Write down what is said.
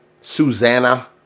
Susanna